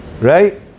right